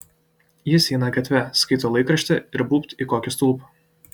jis eina gatve skaito laikraštį ir būbt į kokį stulpą